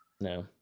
No